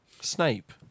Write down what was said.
Snape